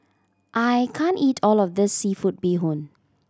I can't eat all of this seafood bee hoon